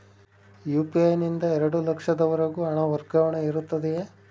UPI ನಿಂದ ಎರಡು ಲಕ್ಷದವರೆಗೂ ಹಣ ವರ್ಗಾವಣೆ ಇರುತ್ತದೆಯೇ?